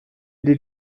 les